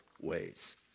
ways